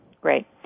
Great